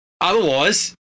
Otherwise